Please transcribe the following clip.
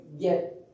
get